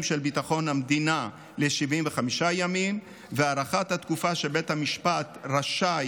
של ביטחון המדינה ל-75 ימים והארכת התקופה שבית המשפט רשאי